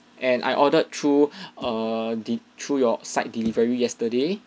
and I ordered through a deep~ through your site delivery yesterday